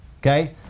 Okay